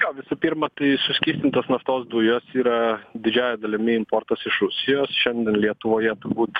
jo visų pirma tai suskystintos naftos dujos yra didžiąja dalimi importas iš rusijos šiandien lietuvoje turbūt